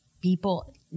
people